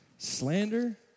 Slander